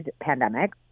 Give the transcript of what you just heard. pandemic